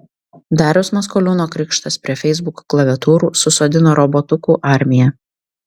dariaus maskoliūno krikštas prie feisbuko klaviatūrų susodino robotukų armiją